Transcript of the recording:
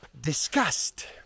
disgust